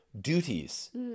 duties